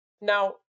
Now